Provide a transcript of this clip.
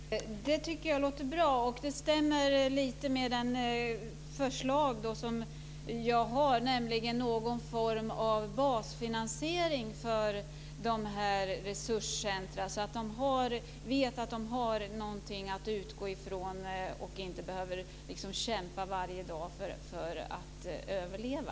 Herr talman! Det tycker jag låter bra, och det stämmer lite med det förslag som jag har, nämligen någon form av basfinansiering för dessa resurscentrum, så att de vet att de har någonting att utgå från och inte behöver kämpa varje dag för att överleva.